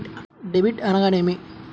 Debit అనగానేమి?